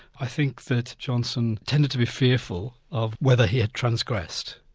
i think that johnson tended to be fearful of whether he had transgressed,